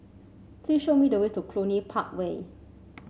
please show me the way to Cluny Park Way